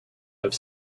have